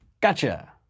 gotcha